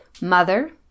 mother